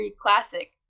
classic